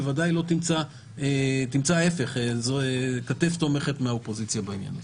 בוודאי תמצא כתף תומכת מהאופוזיציה בעניין הזה.